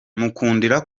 mukundira